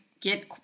get